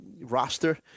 roster